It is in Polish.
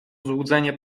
złudzenie